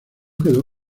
quedó